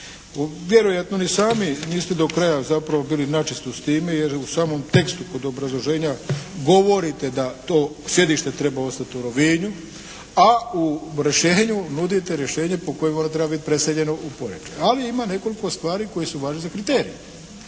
Vjerojatno ni sami niste do kraja zapravo bili načisto s time jer u samom tekstu kod obrazloženja govorite da to sjedište treba ostati u Rovinju, a u rješenju nudite rješenje po kojem ono treba biti preseljeno u Poreč. Ali ima nekoliko stvari koje su važne za kriterije.